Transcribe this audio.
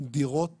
דירות